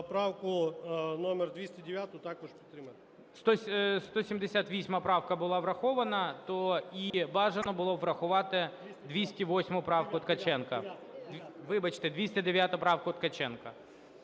правку номер 209 також підтримати. ГОЛОВУЮЧИЙ. 178 правка була врахована, то і бажано було б врахувати 208 правку Ткаченка. Вибачте, 209 правку Ткаченка.